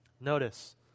Notice